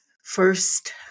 First